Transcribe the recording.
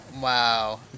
wow